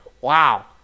wow